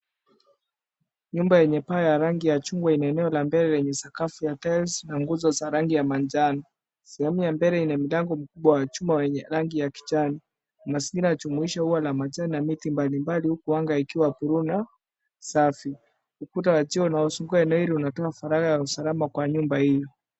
Nyumba yenye paa ya rangi ya chungwa yenye eneo la mbele lenye sakafu ya tiles na nguzo za rangi ya manjano. Sehemu ya mbele ina mlango kubwa wa chuma wenye rangi ya kijani. Mazingira yajumuisha ua la majani na miti mbalimbali, huku anga ikiwa bluu na safi. Ukuta wa jiwe unaozunguka eneo hilo unatoa faragha ya usalama kwa nyumba hii.